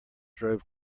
drove